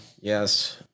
Yes